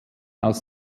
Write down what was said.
aus